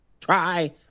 Try